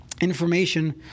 information